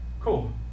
Cool